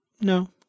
No